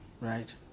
right